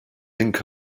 ink